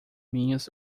minhas